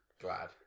Glad